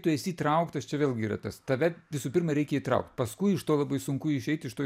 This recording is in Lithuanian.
tu esi įtrauktas čia vėlgi yra tas tave visų pirma reikia įtraukt paskui iš to labai sunku išeit iš to